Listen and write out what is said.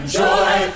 joy